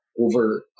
over